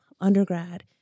undergrad